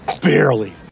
Barely